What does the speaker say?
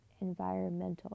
environmental